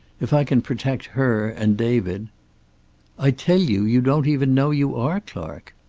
if i can protect her, and david i tell you, you don't even know you are clark.